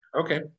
Okay